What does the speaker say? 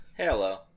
hello